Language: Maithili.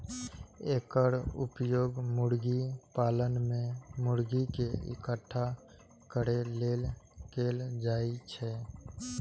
एकर उपयोग मुर्गी पालन मे मुर्गी कें इकट्ठा करै लेल कैल जाइ छै